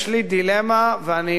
ואני מעלה פה תהייה,